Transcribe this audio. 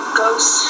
ghost